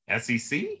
SEC